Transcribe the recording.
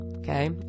Okay